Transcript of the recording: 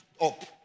up